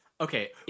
Okay